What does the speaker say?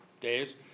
days